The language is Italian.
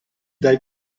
dai